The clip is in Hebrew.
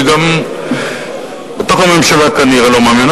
כי גם בתוך הממשלה כנראה לא מאמינים.